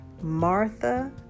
Martha